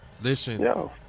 Listen